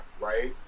right